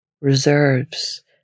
reserves